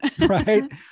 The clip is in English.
right